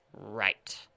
right